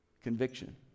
Conviction